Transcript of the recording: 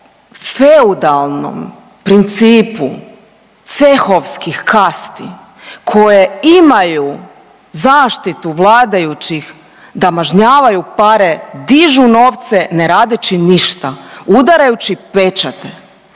feudalnom principu cehovskih kasti koje imaju zaštitu vladajućih da mažnjavaju pare, dižu novce ne radeći ništa. Udarajući pečate.